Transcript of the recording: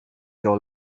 your